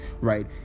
Right